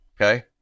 okay